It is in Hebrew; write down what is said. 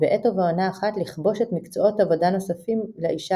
ובעת ובעונה אחת לכבוש את מקצועות עבודה נוספים לאשה